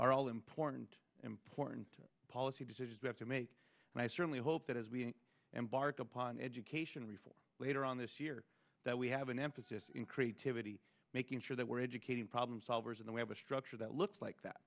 are all important important policy decisions we have to make and i certainly hope that as we embark upon education reform later on this year that we have an emphasis in creativity making sure that we're educating problem solvers and we have a structure that looks like that